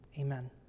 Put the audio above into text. Amen